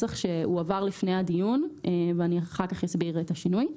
שהועבר לפני הדיון ואחר כך אני אסביר את השינוי.